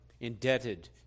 indebted